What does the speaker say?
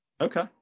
Okay